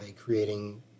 creating